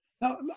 Now